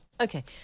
Okay